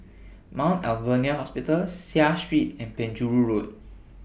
Mount Alvernia Hospital Seah Street and Penjuru Road